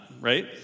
Right